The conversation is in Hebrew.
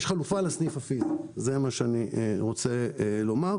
יש חלופה לסניף הפיזי, זה מה שאני רוצה לומר.